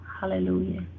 Hallelujah